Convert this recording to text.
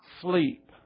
sleep